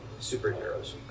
superheroes